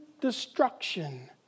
destruction